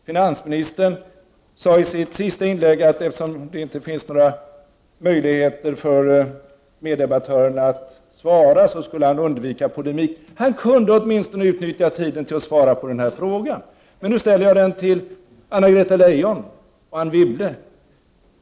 Finansministern sade i sitt sista inlägg, att eftersom det inte finns några möjligheter för meddebattörerna att svara, skulle han undvika polemik. Han kunde ha utnyttjat tiden till att åtminstone svara på den här frågan. Men nu ställer jag den till Anna-Greta Leijon och Anne Wibble.